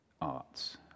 arts